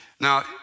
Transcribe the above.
Now